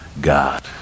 God